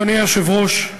אדוני היושב-ראש,